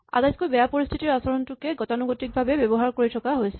আটাইতকৈ বেয়া পৰিস্হিতিৰ আচৰণটোকে গতানুগতিকভাৱে ব্যৱহাৰ কৰি থকা হৈছে